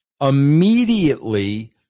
immediately